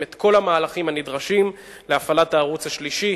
את כל המהלכים הנדרשים להפעלת הערוץ השלישי